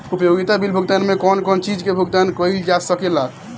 उपयोगिता बिल भुगतान में कौन कौन चीज के भुगतान कइल जा सके ला?